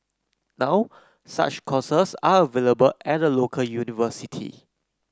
now such courses are available at a local university